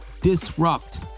disrupt